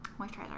moisturizer